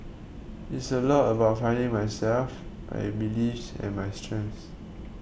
it's a lot about finding myself my belief and my strength